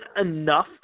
enough